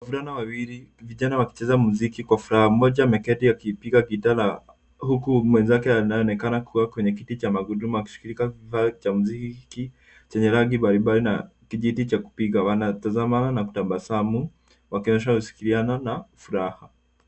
Wavulana wawili, vijana wakicheza mziki kwa furaha. Mmoja ameketi akipiga gita, na huku mwenzake anaonekana kuwa kwenye kiti cha magurudumu akishughulika kifaa cha mziki chenye rangi mbalimbali na kijiti cha kupiga. Wanatazamana na kutabasamu wakionyesha ushirikiano na furaha.